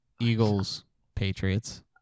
Eagles-Patriots